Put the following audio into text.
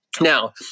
Now